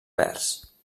verds